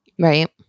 right